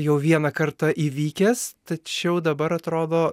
jau vieną kartą įvykęs tačiau dabar atrodo